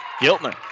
Giltner